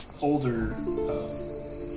older